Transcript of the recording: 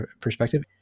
perspective